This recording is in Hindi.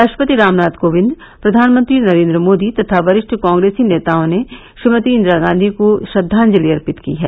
राष्ट्रपति रामनाथ कोविंद प्रधानमंत्री नरेन्द्र मोदी तथा वरिष्ठ कॉग्रेसी नेताओं ने श्रीमती इंदिरा गांधी को श्रद्वांजलि अर्पित की हैं